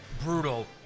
brutal